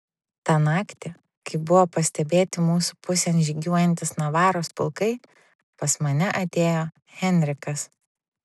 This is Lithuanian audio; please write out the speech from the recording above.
tą naktį kai buvo pastebėti mūsų pusėn žygiuojantys navaros pulkai pas mane atėjo henrikas